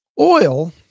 Oil